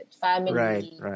family